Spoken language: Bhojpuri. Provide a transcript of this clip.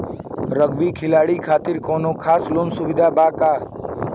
रग्बी खिलाड़ी खातिर कौनो खास लोन सुविधा बा का?